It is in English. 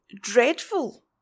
dreadful